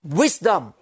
wisdom